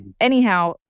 anyhow